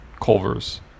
culver's